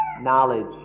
knowledge